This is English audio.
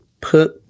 Put